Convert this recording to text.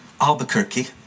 Albuquerque